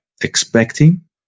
expecting